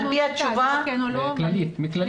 על פי התשובה --- מקופת חולים כללית.